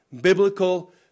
biblical